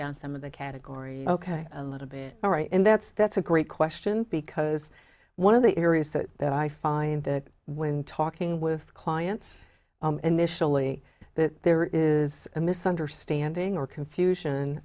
down some of the categories ok a little bit all right and that's that's a great question because one of the areas that that i find that when talking with clients and they surely that there is a misunderstanding or confusion